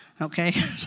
okay